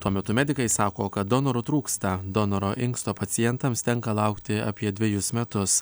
tuo metu medikai sako kad donorų trūksta donoro inksto pacientams tenka laukti apie dvejus metus